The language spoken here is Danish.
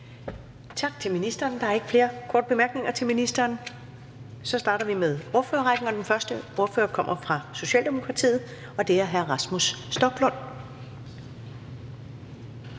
Tak til ministeren. Der er ikke flere korte bemærkninger til ministeren. Så starter vi med ordførerrækken, og den første ordfører kommer fra Socialdemokratiet, og det er hr. Rasmus Stoklund.